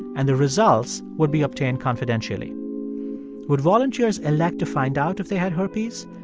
and the results would be obtained confidentially would volunteers elect to find out if they had herpes,